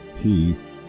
peace